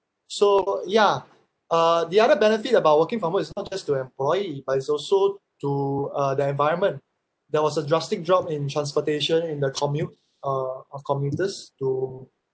so ya uh the other benefit about working from home is not to just employee but it's also to uh the environment there was a drastic drop in transportation in the commute uh of commuters to